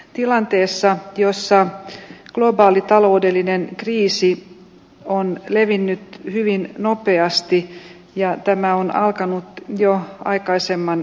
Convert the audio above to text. tilanteessa jossa globaali taloudellinen kriisi on levinnyt hyvin nopeasti ja tämä on alkanut jo aikaisemman